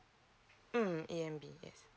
mm yes